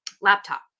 laptop